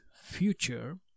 future